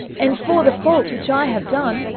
and for the fault which i have done,